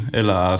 eller